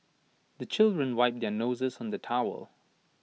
the children wipe their noses on the towel